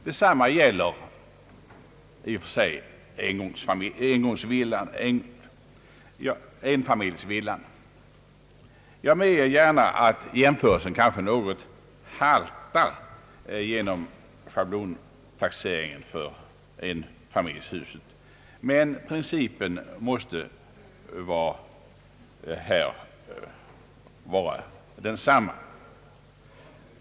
Detsamma gäller givetvis också enfamiljshusen. Jag medger att jämförelsen kanske något haltar när det gäller schablontaxeringen för enfamiljshus, men principen måste här vara densamma.